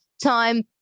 Time